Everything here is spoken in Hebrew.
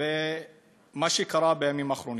ומה שקרה בימים האחרונים.